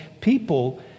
People